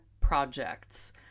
projects